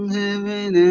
heaven